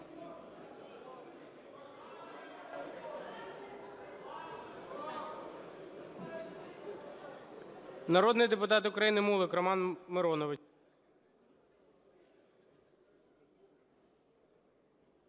Народний депутат України Мулик Роман Миронович.